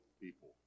people